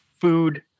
food